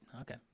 okay